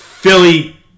Philly